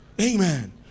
amen